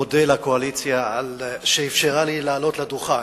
אני מודה לקואליציה שאפשרה לי לעלות לדוכן,